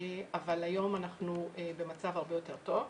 אבל היום אנחנו במצב הרבה יותר טוב.